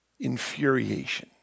infuriation